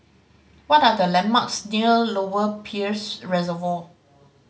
what are the landmarks near Lower Peirce Reservoir